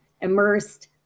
immersed